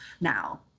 now